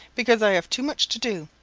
because i've too much to do.